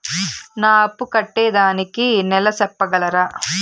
నా అప్పు కట్టేదానికి నెల సెప్పగలరా?